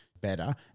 better